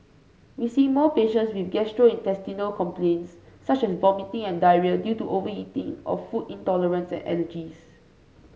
we see more patients with gastrointestinal complaints such as vomiting and diarrhoea due to overeating or food intolerance and allergies